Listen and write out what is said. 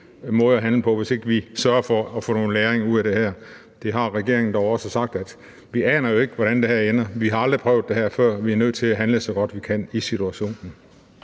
måde at handle på, hvis ikke vi sørger for at få noget læring ud af det her. Det har regeringen dog også sagt; at vi jo ikke aner, hvordan det her ender. Vi har aldrig prøvet det her før, vi er nødt til at handle, så godt vi kan i situationen.